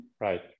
Right